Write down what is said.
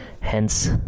hence